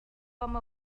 com